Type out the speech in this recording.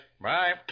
Bye